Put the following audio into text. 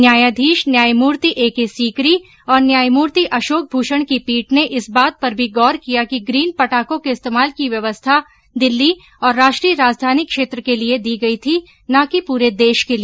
न्यायाधीश न्यायमूर्ति एकेसीकरी और न्यायमूर्ति अशोक भूषण की पीठ ने इस बात पर भी गौर किया कि ग्रीन पटाखों के इस्तेमाल की व्यवस्था दिल्ली और राष्ट्रीय राजधानी क्षेत्र के लिए दी गई थी न कि पूरे देश के लिए